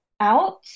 out